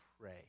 pray